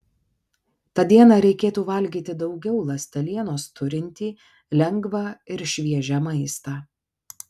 tą dieną reikėtų valgyti daugiau ląstelienos turintį lengvą ir šviežią maistą